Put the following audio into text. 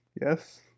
yes